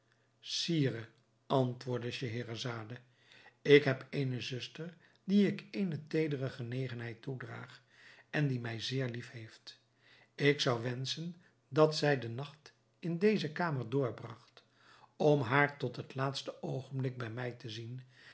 sire antwoordde scheherazade ik heb eene zuster die ik eene teedere genegenheid toedraag en die mij zeer lief heeft ik zou wenschen dat zij den nacht in deze kamer doorbragt om haar tot het laatste oogenblik bij mij te zien